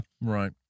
Right